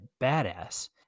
badass